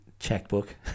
checkbook